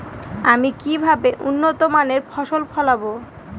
আমি কিভাবে উন্নত মানের ফসল ফলাব?